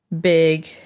big